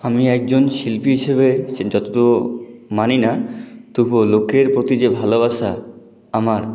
আমি একজন শিল্পী হিসেবে সে যতটুকু মানি না তবুও লোকের প্রতি যে ভালোবাসা আমার